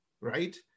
Right